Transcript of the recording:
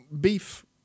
beef